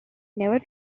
never